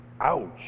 Ouch